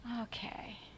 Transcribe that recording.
okay